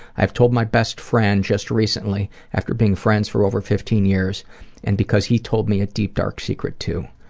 i've told my best friend just recently after being friends for over fifteen years and because he told me a deep, dark secret too.